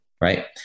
right